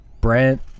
Brent